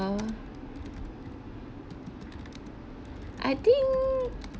I think